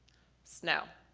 snow.